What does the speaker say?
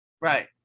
right